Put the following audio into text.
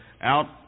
out